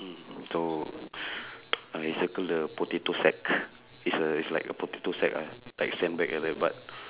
mm so I circle the potato sack is uh is like a potato sack ah like a sandbag like that but